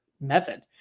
method